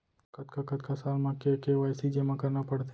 कतका कतका साल म के के.वाई.सी जेमा करना पड़थे?